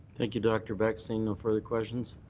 thank you, dr. beck. seek no further questions,